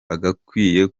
bagakwiye